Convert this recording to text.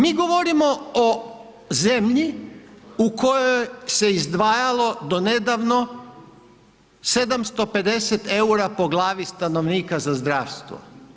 Mi govorimo o zemlji u kojoj se izdvajalo do nedavno 750 EUR-a po glavi stanovnika za zdravstvo.